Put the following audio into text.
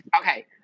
Okay